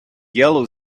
yellow